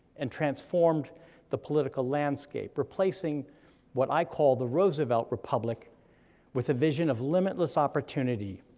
and transformed the political landscape, replacing what i call the roosevelt republic with a vision of limitless opportunity,